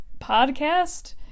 podcast